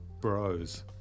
Bros